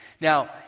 Now